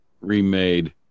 remade